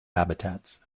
habitats